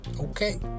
Okay